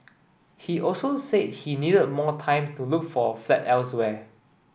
he also said he needed more time to look for a flat elsewhere